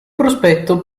prospetto